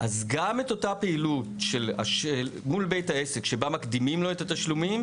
אז גם את אותה הפעילות מול בית העסק שבה מקדימים לו את התשלומים,